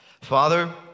Father